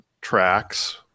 tracks